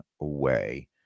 away